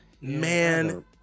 man